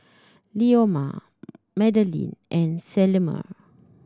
Leoma Madilyn and Selmer